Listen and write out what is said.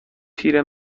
پیر